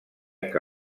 que